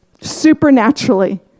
Supernaturally